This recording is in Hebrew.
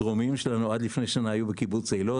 הדרומיים שלנו, עד לפני שנה היו בקיבוץ אילת.